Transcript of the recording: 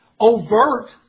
overt